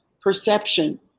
perception